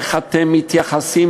והעלו את הסוגיה הזאת: איך אתם מתייחסים